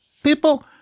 People